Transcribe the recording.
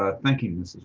ah thank you, ms.